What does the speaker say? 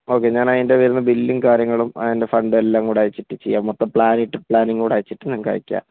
okay ഞാനതിൻ്റെ വരുന്ന ബില്ലും കാര്യങ്ങളും അതിൻ്റെ ഫണ്ടും എല്ലാംകൂടി അയച്ചിട്ട് ചെയ്യാം മൊത്തം പ്ലാനിട്ട് പ്ലാനുംകൂടെ അയച്ചിട്ട് നിങ്ങൾക്ക് അയക്കാം